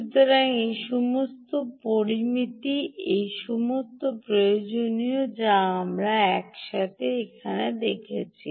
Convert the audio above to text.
সুতরাং এই সমস্ত পরামিতি এই সমস্ত প্রয়োজনীয়তা যা আমরা একসাথে রেখেছি